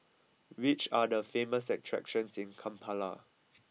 which are the famous attractions in Kampala